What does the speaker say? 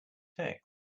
text